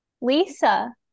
Lisa